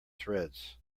threads